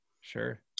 Sure